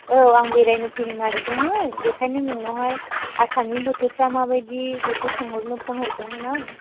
औ आं बेरायनो फैनो नागिरदोंमोन बेखायनो नोंनावहाय आसामनि बोथोरफ्रा माबायदि बेखौ सोंहरनो फन हरदोंमोन आं